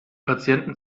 patienten